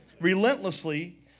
relentlessly